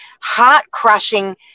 heart-crushing